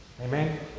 Amen